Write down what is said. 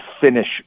finish